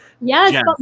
Yes